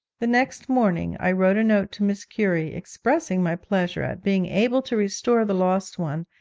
the next morning i wrote a note to mrs. currie, expressing my pleasure at being able to restore the lost one,